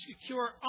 secure